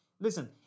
listen